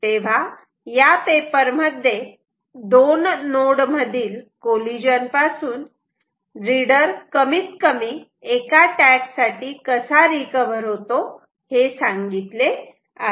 तेव्हा या पेपरमध्ये दोन नोड मधील कॉलिजन पासून रीडर कमीत कमी एका टॅग साठी कसा रिकव्हर होतो हे सांगितले आहे